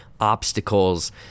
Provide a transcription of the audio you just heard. obstacles